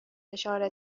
فشار